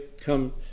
come